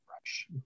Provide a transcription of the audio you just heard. fresh